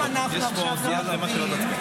אם אנחנו עכשיו לא מצביעים,